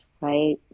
right